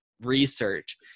research